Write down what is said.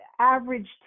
Average